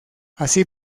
así